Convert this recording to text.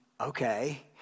okay